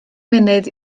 munud